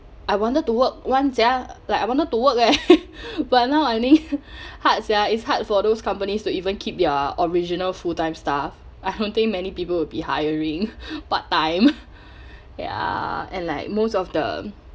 I wanted to work [one] sia like I wanted to work eh but now earning hard sia it's hard for those companies to even keep their original full time staff I don't think many people will be hiring part time ya and like most of the